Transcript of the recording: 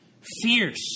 Fierce